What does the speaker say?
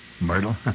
Myrtle